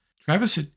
Travis